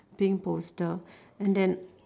pink poster and then